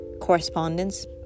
correspondence